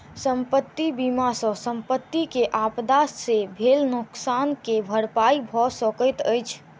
संपत्ति बीमा सॅ संपत्ति के आपदा से भेल नोकसान के भरपाई भअ सकैत अछि